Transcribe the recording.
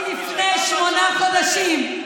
הוא לפני שמונה חודשים,